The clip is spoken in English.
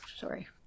sorry